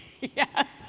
Yes